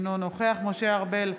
אינו נוכח משה ארבל,